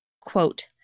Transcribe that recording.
Quote